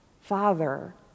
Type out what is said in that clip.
Father